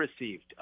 received